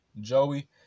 Joey